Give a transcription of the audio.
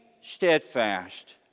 steadfast